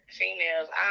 females